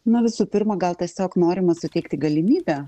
na visų pirma gal tiesiog norima suteikti galimybę